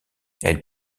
elle